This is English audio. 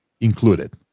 included